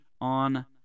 on